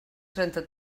trenta